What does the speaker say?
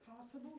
possible